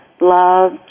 love